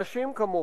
אנשים כמוכם,